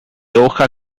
hoja